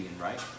right